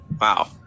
wow